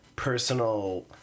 personal